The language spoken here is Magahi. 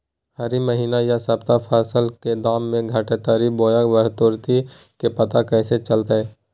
हरी महीना यह सप्ताह फसल के दाम में घटोतरी बोया बढ़ोतरी के पता कैसे चलतय?